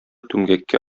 түмгәккә